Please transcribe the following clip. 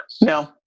No